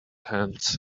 hands